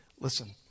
listen